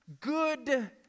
good